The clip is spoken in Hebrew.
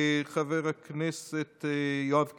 חבר הכנסת יואב קיש,